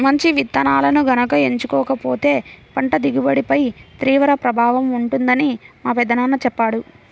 మంచి విత్తనాలను గనక ఎంచుకోకపోతే పంట దిగుబడిపై తీవ్ర ప్రభావం ఉంటుందని మా పెదనాన్న చెప్పాడు